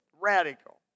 Radical